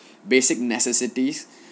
basic necessities